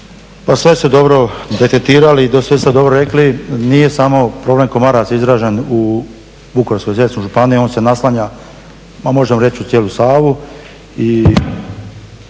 Pa sve ste dobro detektirali, i sve ste to dobro rekli. Nije samo problem komaraca izražen u Vukovarsko-srijemskoj županiji, on se naslanja, ma možemo reći uz cijelu Savu